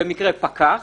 במקרה פקח